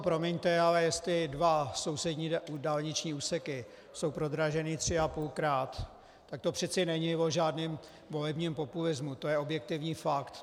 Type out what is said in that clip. Promiňte, ale jestli dva sousední dálniční úseky jsou prodraženy 3,5krát, tak to přece není o žádném volebním populismu, to je objektivní fakt.